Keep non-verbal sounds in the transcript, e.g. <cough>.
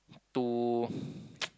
too <breath> <noise>